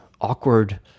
awkward